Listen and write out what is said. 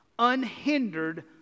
unhindered